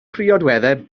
priodweddau